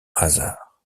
hasard